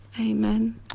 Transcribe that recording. Amen